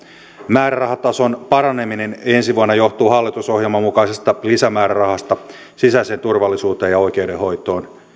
määrärahatason paraneminen ensi vuonna johtuu hallitusohjelman mukaisesta lisämäärärahasta sisäiseen turvallisuuteen ja oikeudenhoitoon